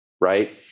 right